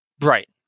Right